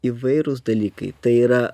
įvairūs dalykai tai yra